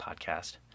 podcast